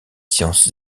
sciences